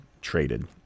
traded